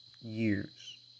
years